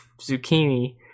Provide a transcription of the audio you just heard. zucchini